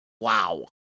Wow